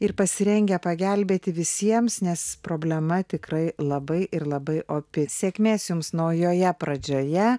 ir pasirengę pagelbėti visiems nes problema tikrai labai ir labai opi sėkmės jums naujoje pradžioje